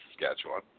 Saskatchewan